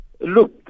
Look